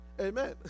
Amen